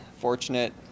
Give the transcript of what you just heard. fortunate